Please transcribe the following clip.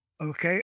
Okay